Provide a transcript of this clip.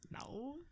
No